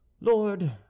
Lord